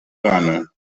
gana